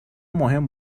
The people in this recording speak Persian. مهم